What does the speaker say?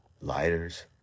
Lighters